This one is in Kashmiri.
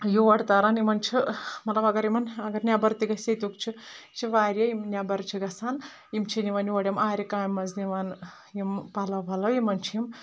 یور ترَان یِمَن چھِ مطلب اَگر یِمَن اَگر نؠبر تہِ گژھِ ییٚتیُک چھُ یہِ چھِ واریاہ یِم نؠبر چھِ گژھَان یِم چھِ نِوَان یورٕ یِم آرِ کامہِ منٛز نِوَان یِم پَلو وَلَو یِمَن چھِ یِم